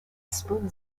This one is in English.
spoon